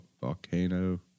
Volcano